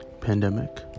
pandemic